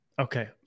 Okay